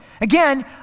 Again